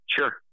Sure